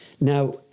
Now